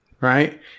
right